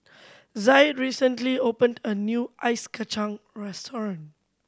Zaid recently opened a new ice kacang restaurant